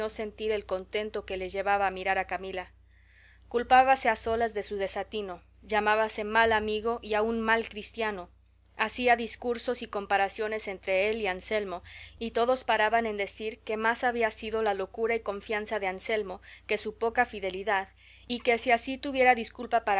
sentir el contento que le llevaba a mirar a camila culpábase a solas de su desatino llamábase mal amigo y aun mal cristiano hacía discursos y comparaciones entre él y anselmo y todos paraban en decir que más había sido la locura y confianza de anselmo que su poca fidelidad y que si así tuviera disculpa